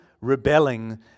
rebelling